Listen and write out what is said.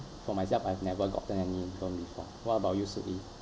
for myself I've never gotten any loan before what about you soo ee